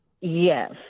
Yes